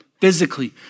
physically